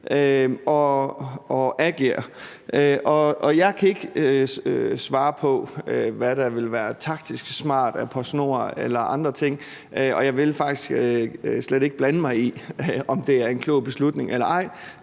og agere. Jeg kan ikke svare på, hvad der vil være taktisk smart af PostNord eller andre ting, og jeg vil faktisk slet ikke blande mig i, om det er en klog beslutning eller ej.